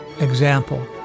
example